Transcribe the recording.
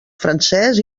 francès